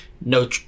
no